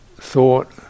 thought